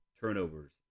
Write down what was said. turnovers